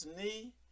knee